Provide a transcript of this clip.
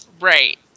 Right